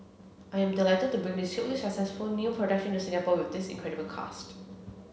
I am delighted to bring this hugely successful new production to Singapore with this incredible cast